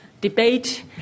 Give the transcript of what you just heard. debate